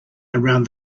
around